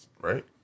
right